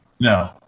no